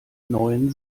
neuen